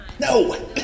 no